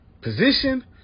position